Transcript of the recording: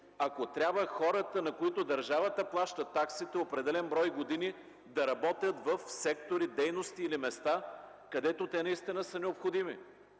ако трябва хората, на които държавата плаща таксите, определен брой години да работят в сектори, дейности или места, където те наистина са необходими,